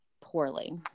poorly